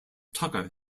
tucker